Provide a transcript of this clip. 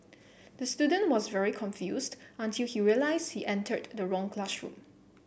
the student was very confused until he realised he entered the wrong classroom